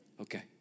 Okay